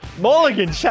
Mulligan